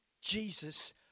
Jesus